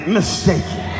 mistaken